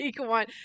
one